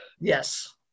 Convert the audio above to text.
Yes